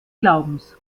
glaubens